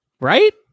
Right